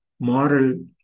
moral